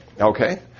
okay